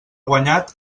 guanyat